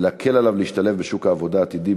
ולהקל עליו להשתלב בשוק העבודה העתידי,